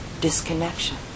disconnection